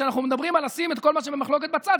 כשאנחנו מדברים על לשים את כל מה שבמחלוקת בצד,